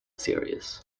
series